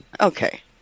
Okay